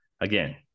Again